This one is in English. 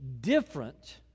different